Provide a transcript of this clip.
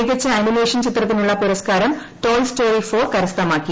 മികച്ച അനിമേഷൻ ചിത്രത്തിനുളള പുരസ്ക്കാരം ടോയ് സ്റ്റോറി ഫോർ കരസ്ഥമാക്കി